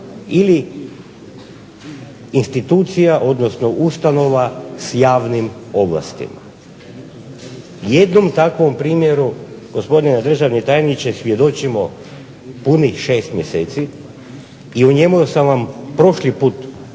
ili institucija, odnosno ustanova s javnim ovlastima. Jednom takvom primjeru, gospodine državni tajniče, svjedočimo punih 6 mjeseci i o njemu sam vam prošli put govorio